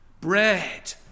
bread